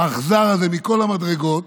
האכזר הזה מכל המדרגות